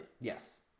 Yes